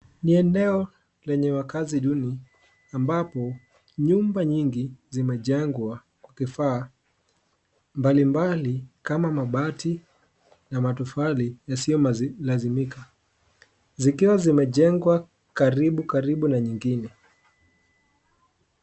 Ni eneo lenye wakazi duni ambapo nyumba nyingi zimejengwa kwa kifaa mbalimbali kama mabati na matofali yasiyolazimika; zikiwa zimejengwa karibu, karibu na nyingine.